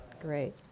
Great